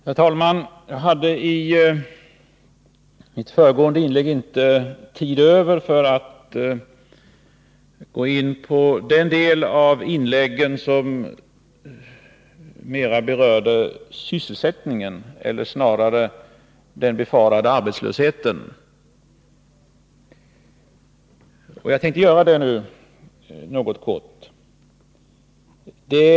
Herr talman! Jag hade i mitt föregående inlägg inte tid att gå in på den del av debatten som mer berör sysselsättningen eller snarare den befarade arbetslösheten. Jag vill därför kortfattat göra det nu.